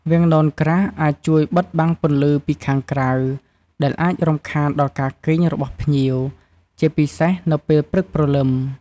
វាំងននក្រាស់អាចជួយបិទបាំងពន្លឺពីខាងក្រៅ ដែលអាចរំខានដល់ការគេងរបស់ភ្ញៀវ ជាពិសេសនៅពេលព្រឹកព្រលឹម។